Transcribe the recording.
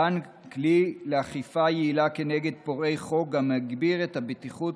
מתן כלי לאכיפה יעילה כנגד פורעי חוק גם יגביר את הבטיחות